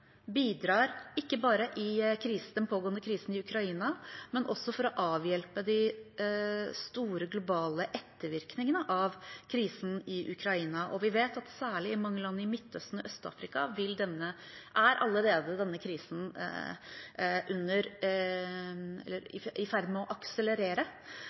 den pågående krisen i Ukraina, men også for å avhjelpe de store globale ettervirkningene av krisen i Ukraina. Vi vet at særlig i mange land i Midtøsten og Øst-Afrika er allerede denne krisen i ferd med å akselerere,